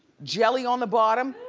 jelly on the bottom,